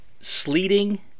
sleeting